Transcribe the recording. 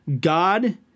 God